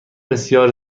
بسیار